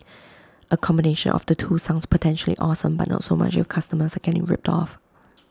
A combination of the two sounds potentially awesome but not so much if customers are getting ripped off